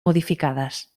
modificades